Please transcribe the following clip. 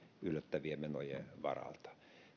yllättävien menojen varalta